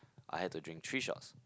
I had to drink three shots